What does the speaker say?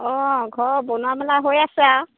অঁ ঘৰ বনোৱা মেলা হৈ আছে আৰু